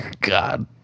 God